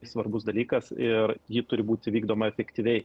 svarbus dalykas ir ji turi būti vykdoma efektyviai